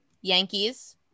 Yankees